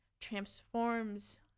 transforms